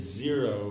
zero